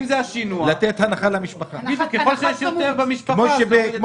ככל שיש יותר במשפחה המחיר יורד.